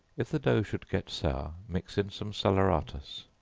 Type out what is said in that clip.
if the dough should get sour, mix in some salaeratus.